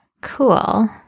Cool